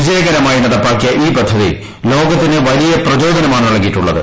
വിജയകരമായി നടപ്പാക്കിയ ഈ പദ്ധതി ലോകത്തിന് വലിയ പ്രചോദനമാണ് നൽകിയിട്ടുള്ളത്